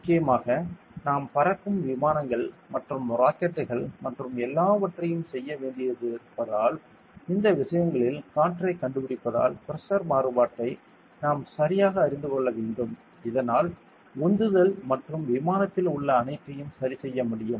முக்கியமாக நாம் பறக்கும் விமானங்கள் மற்றும் ராக்கெட்டுகள் மற்றும் எல்லாவற்றையும் செய்ய வேண்டியிருப்பதால் இந்த விஷயங்களில் காற்றைக் கண்டுபிடிப்பதால் பிரஷர் மாறுபாட்டை நாம் சரியாக அறிந்து கொள்ள வேண்டும் இதனால் உந்துதல் மற்றும் விமானத்தில் உள்ள அனைத்தையும் சரிசெய்ய முடியும்